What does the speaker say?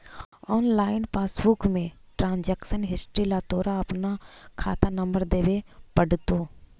online passbook में transaction history ला तोरा अपना खाता नंबर देवे पडतो